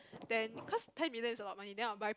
ten cause ten million is alot of money then I'll buy